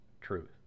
truth